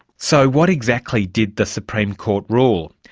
so what exactly did the supreme court rule?